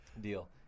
deal